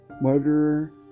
murderer